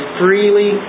freely